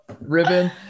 ribbon